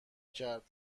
کرد